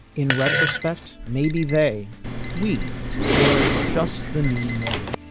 in retrospect maybe they we were just the new normal.